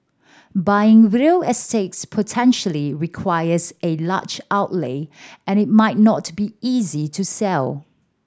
buying real estate potentially requires a large outlay and it might not be easy to sell